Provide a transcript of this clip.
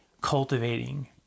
cultivating